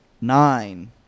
nine